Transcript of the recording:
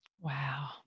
Wow